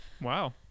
Wow